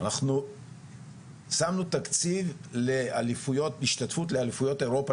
אנחנו שמנו תקציב להשתתפות באליפויות אירופה